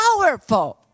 Powerful